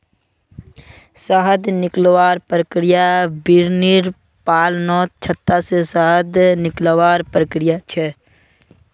शहद निकलवार प्रक्रिया बिर्नि पालनत छत्ता से शहद निकलवार प्रक्रिया छे